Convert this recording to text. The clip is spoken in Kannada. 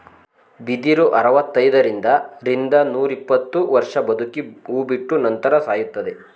ಬಿದಿರು ಅರವೃತೈದರಿಂದ ರಿಂದ ನೂರಿಪ್ಪತ್ತು ವರ್ಷ ಬದುಕಿ ಹೂ ಬಿಟ್ಟ ನಂತರ ಸಾಯುತ್ತದೆ